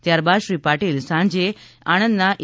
ત્યાર બાદ શ્રી પાટિલ સાંજે આણંદના એ